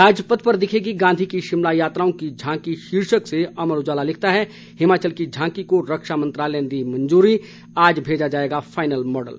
राजपथ पर दिखेगी गांधी की शिमला यात्राओं की झांकी शीर्षक से अमर उजाला लिखता है हिमाचल की झांकी को रक्षा मंत्रालय ने दी मंजूरी आज भेजा जाएगा फाइनल मॉडल